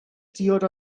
diod